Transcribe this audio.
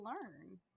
learn